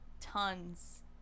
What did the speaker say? Tons